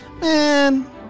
Man